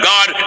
God